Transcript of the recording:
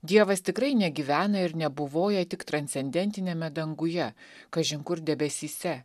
dievas tikrai negyvena ir nebuvoja tik transcendentiniame danguje kažin kur debesyse